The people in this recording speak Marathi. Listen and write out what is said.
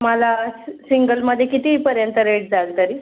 मला सिंगलमध्ये कितीपर्यंत रेट जाईल तरी